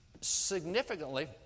significantly